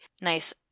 nice